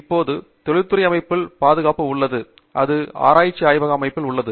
இப்போது தொழில்துறை அமைப்பில் பாதுகாப்பு உள்ளது அது ஆராய்ச்சி ஆய்வக அமைப்பில் உள்ளது